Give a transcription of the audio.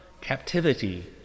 Captivity